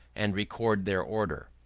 and record their order.